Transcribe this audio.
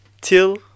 till